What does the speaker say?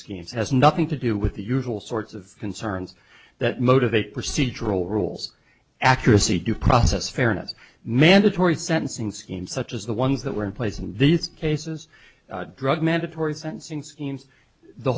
schemes has nothing to do with the usual sorts of concerns that motivate procedural rules accuracy due process fairness mandatory sentencing schemes such as the ones that were in place and these cases drug mandatory sentencing schemes the